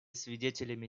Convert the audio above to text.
свидетелями